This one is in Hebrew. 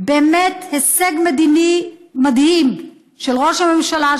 באמת הישג מדינה מדהים של ראש הממשלה,